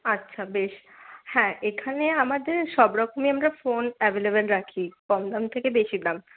আচ্ছা বেশ হ্যাঁ এখানে আমাদের সবরকমই আমরা ফোন অ্যাভেইলেবল রাখি কম দাম থেকে বেশি দাম